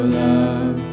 love